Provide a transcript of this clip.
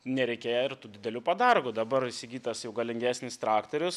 nereikėjo ir tų didelių padargų dabar įsigytas jau galingesnis traktorius